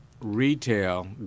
retail